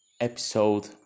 episode